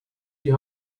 die